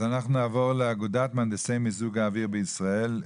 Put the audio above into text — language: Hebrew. אז אנחנו נעבור לאגודת מהנדסי מיזוג האוויר בישראל.